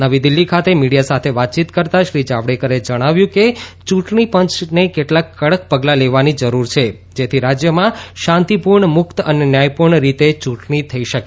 નવી દિલ્હી ખાતે મીડીયા સાથે વાતચીત કરતા શ્રી જાવડેકરે જણાવ્યું કે ચૂંટણી પંચને કેટલાક કડક પગલાં લેવાની જરૂર છે જેથી રાજ્યમાં શાંતિપૂર્ણ મુક્ત અને ન્યાયપૂર્ણ રીતે ચૂંટણી થઇ શકે